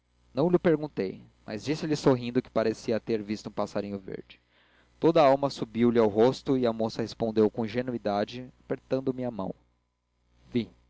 não lho perguntei mas disse-lhe rindo que parecia ter visto passarinho verde toda a alma subiu-lhe ao rosto e a moca respondeu com ingenuidade apertando-me a mão vi